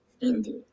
Indeed